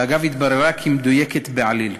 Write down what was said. שאגב התבררה כמדויקת בעליל.